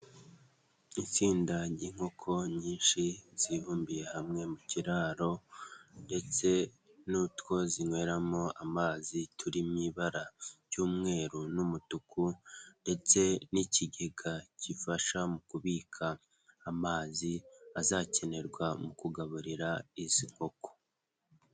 Itsinda ry'inkoko nyinshi zibumbiye hamwe mu kiraro ndetse n'utwo zinyweramo amazi turi mu ibara ry'umweru n'umutuku ndetse n'ikigega gifasha mu kubika amazi azakenerwa mu kugaburira izi nkoko.